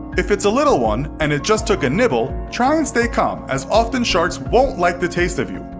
if it's a little one, and it just took a nibble, try and stay calm as often sharks won't like the taste of you.